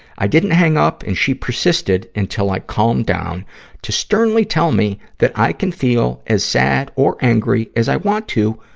i didn't hang up, and she persisted until i calmed down to sternly tell me that i can feel as sad or angry as i want to,